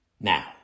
Now